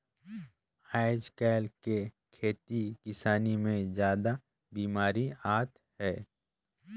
आयज कायल के खेती किसानी मे जादा बिमारी आत हे